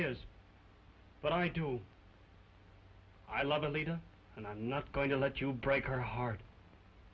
is but i do i love the leader and i'm not going to let you break her heart